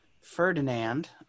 Ferdinand